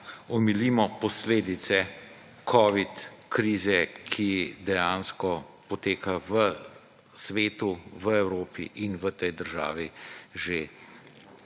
omilimo posledice Covid krize, ki dejansko poteka v svetu, v Evropi in v tej državi že